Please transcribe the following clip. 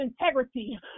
integrity